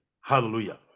Hallelujah